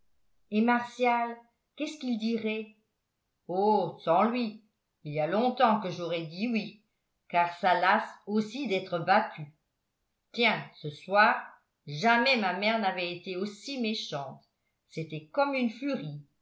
et martial qu'est-ce qu'il dirait oh sans lui il y a longtemps que j'aurais dit oui car ça lasse aussi d'être battu tiens ce soir jamais ma mère n'avait été aussi méchante c'était comme une furie